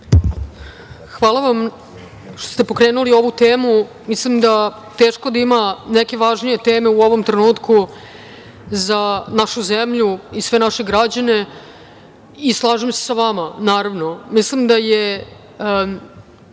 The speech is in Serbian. Hvala vam što ste pokrenuli ovu temu. Mislim da teško da ima neke važnije teme u ovom trenutku za našu zemlju i sve naše građane. Slažem se sa vama naravno. Mislim da je